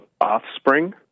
offspring